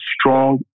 strong